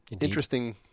interesting